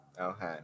Okay